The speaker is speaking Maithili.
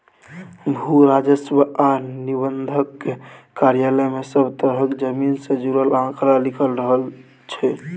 भू राजस्व आ निबंधन कार्यालय मे सब तरहक जमीन सँ जुड़ल आंकड़ा लिखल रहइ छै